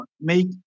make